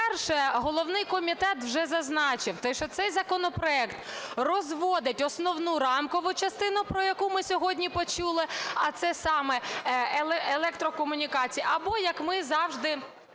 По-перше, головний комітет вже зазначив те, що цей законопроект розводить основну рамкову частину, про яку ми сьогодні почули, а це саме електрокомунікації або, як ми завжди